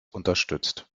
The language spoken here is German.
unterstützt